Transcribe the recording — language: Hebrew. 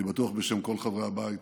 אני בטוח שבשם כל חברי הבית,